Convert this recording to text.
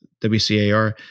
WcAr